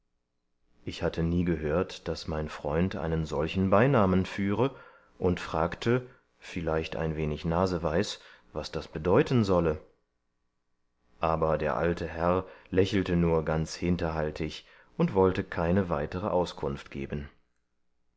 ich hatte nie gehört daß mein freund einen solchen beinamen führe und fragte vielleicht ein wenig naseweis was das bedeuten solle aber der alte herr lächelte nur ganz hinterhaltig und wollte keine weitere auskunft geben